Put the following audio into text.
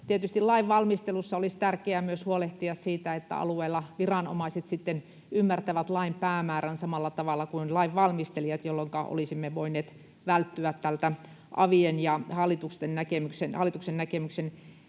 Tietysti lainvalmistelussa olisi tärkeää myös huolehtia siitä, että alueilla viranomaiset sitten ymmärtävät lain päämäärän samalla tavalla kuin lain valmistelijat, jolloinka olisimme voineet välttyä tältä avien ja hallituksen näkemyksien